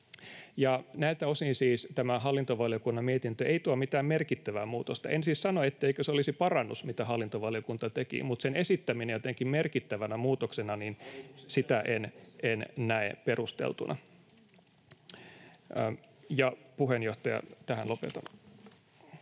siis tämä hallintovaliokunnan mietintö ei tuo mitään merkittävää muutosta. En siis sano, etteikö se olisi parannus, mitä hallintovaliokunta teki, mutta sen esittämistä jotenkin merkittävänä muutoksena en näe perusteltuna. — Ja, puheenjohtaja, tähän lopetan.